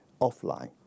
offline